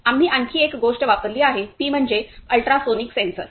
आम्ही आणखी एक गोष्ट वापरली आहे ती म्हणजे अल्ट्रासोनिक सेन्सर